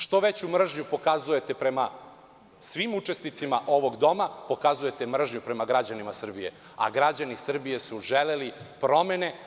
Što veću mržnju pokazujete prema svim učesnicima ovog doma, pokazujete mržnju prema građanima Srbije, a građani Srbije su želeli promene.